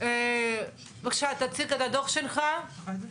אז היא מוסמכת לתת --- בוודאי,